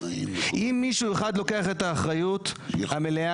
אם מישהו אחד לוקח את האחריות המלאה,